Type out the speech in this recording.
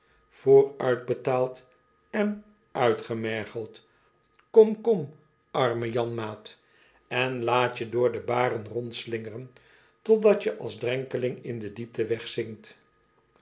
misleid vooruitbetaalden uitgemergeld kom kom arme janmaat en laat je door de baren rondslingeren totdat je als drenkeling in de diepte